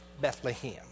Bethlehem